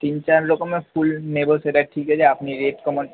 তিন চার রকমের ফুল নেব সেটা ঠিক আছে আপনি রেট কমান